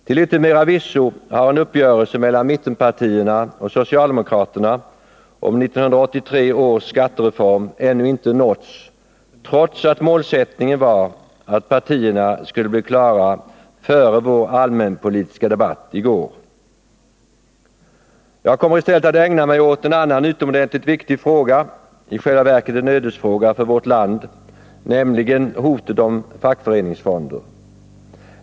Till yttermera visso har en uppgörelse mellan mittenpartierna och socialdemokraterna om 1983 års skattereform ännu inte nåtts, trots att målsättningen var att partierna skulle bli klara före vår allmänpolitiska debatt. Jag kommer i stället att ägna mig åt en annan utomordentligt viktig fråga, i själva verket en ödesfråga för vårt land, nämligen hotet om fackföreningsfonder.